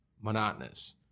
monotonous